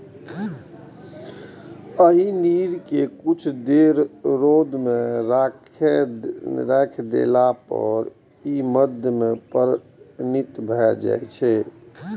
एहि नीरा कें किछु देर रौद मे राखि देला पर ई मद्य मे परिणत भए जाइ छै